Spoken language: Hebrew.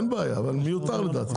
בבקשה.